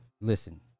Listen